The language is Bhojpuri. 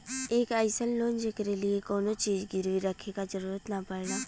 एक अइसन लोन जेकरे लिए कउनो चीज गिरवी रखे क जरुरत न पड़ला